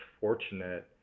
fortunate